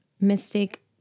mystic